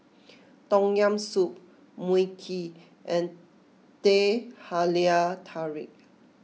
Tom Yam Soup Mui Kee and Teh Halia Tarik